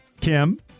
Kim